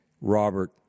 Robert